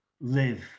live